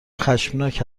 خشمناک